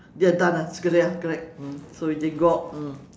we are done ah it's clear correct mm so we can go out mm